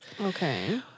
Okay